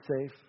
safe